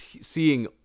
seeing